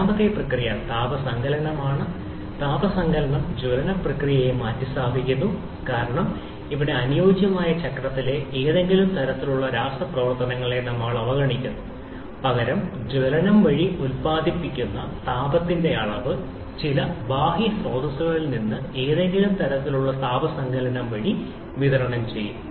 രണ്ടാമത്തെ പ്രക്രിയ താപ സങ്കലനമാണ് താപ സങ്കലനം ജ്വലന പ്രക്രിയയെ മാറ്റിസ്ഥാപിക്കുന്നു കാരണം ഇവിടെ അനുയോജ്യമായ ചക്രത്തിലെ ഏതെങ്കിലും തരത്തിലുള്ള രാസപ്രവർത്തനങ്ങളെ നമ്മൾ അവഗണിക്കുന്നു പകരം ജ്വലനം വഴി ഉൽപാദിപ്പിക്കുന്ന താപത്തിന്റെ അളവ് ചില ബാഹ്യ സ്രോതസ്സുകളിൽ നിന്ന് ഏതെങ്കിലും തരത്തിലുള്ള താപ സങ്കലനം വഴി വിതരണം ചെയ്യും